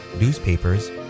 newspapers